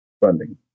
funding